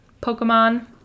Pokemon